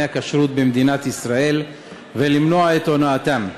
הכשרות במדינת ישראל ולמנוע את הונאתם.